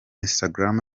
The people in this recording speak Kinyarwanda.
instagram